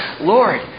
Lord